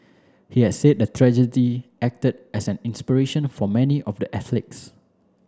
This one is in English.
he has said the tragedy acted as an inspiration for many of the athletes